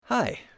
Hi